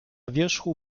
wierzchu